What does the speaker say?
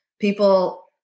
people